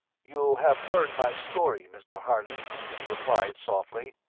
you have heard my story, mr. harley, he replied, softly.